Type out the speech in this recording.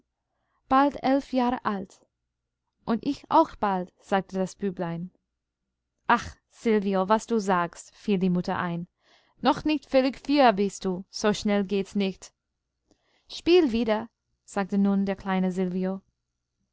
bald elf jahre alt und ich auch bald sagte das büblein ach silvio was du sagst fiel die mutter ein noch nicht völlig vier bist du so schnell geht's nicht spiel wieder sagte nun der kleine